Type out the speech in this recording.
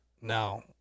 Now